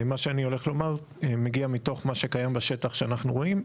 מה שאני הולך לומר מגיע מתוך מה שקיים בשטח שאנחנו רואים.